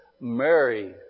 Mary